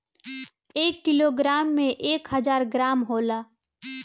एक किलोग्राम में एक हजार ग्राम होला